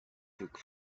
took